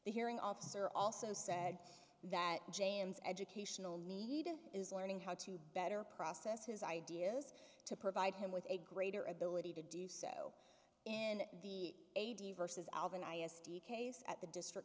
the hearing officer also said that james educational needed is learning how to better process his ideas to provide him with a greater ability to do so in the eighty vs alvin i as steve case at the district